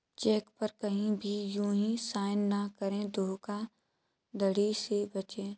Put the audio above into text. check पर कहीं भी यू हीं साइन न करें धोखाधड़ी से बचे